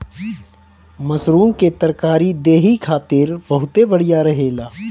mushroom के तरकारी देहि खातिर बहुते बढ़िया रहेला